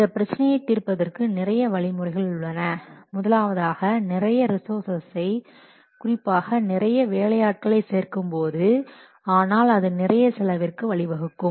இந்த பிரச்சனையை தீர்ப்பதற்கு நிறைய வழிமுறைகள் உள்ளன முதலாவதாக நிறைய ரிசோர்சஸை குறிப்பாக நிறைய வேலையாட்களை சேர்க்கும்போது ஆனால் அது நிறைய செலவிற்கு வழிவகுக்கும்